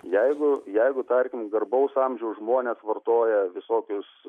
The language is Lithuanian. jeigu jeigu tarkim garbaus amžiaus žmonės vartoja visokius